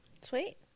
sweet